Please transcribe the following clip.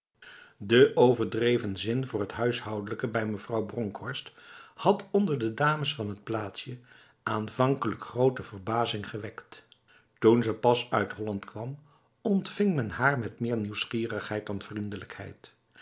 de overdreven zin voor het huishoudelijke bij mevrouw bronkhorst had onder de dames van t plaatsje aanvankelijk grote verbazing gewekt toen ze pas uit holland kwam ontving men haar met meer nieuwsgierigheid dan vriendelijkheid